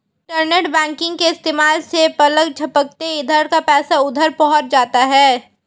internet banking के इस्तेमाल से पलक झपकते इधर का पैसा उधर पहुँच जाता है